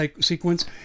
sequence